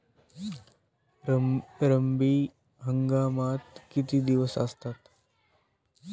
रब्बी हंगामात किती दिवस असतात?